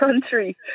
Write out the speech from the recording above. country